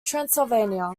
transylvania